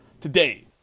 today